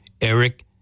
Eric